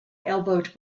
elbowed